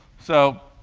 so